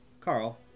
Carl